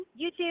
YouTube